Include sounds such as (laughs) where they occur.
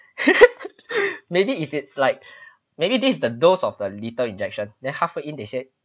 (laughs) maybe if it's like maybe this is the dose of the lethal injection then halfway in they said